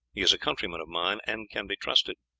he is a countryman of mine, and can be trusted.